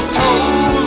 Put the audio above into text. told